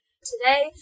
today